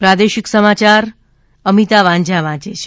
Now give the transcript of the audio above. પ્રાદેશિક સમાચાર અમિતા વાંઝા વાંચે છે